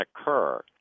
occur